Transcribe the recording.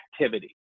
activity